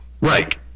Right